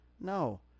No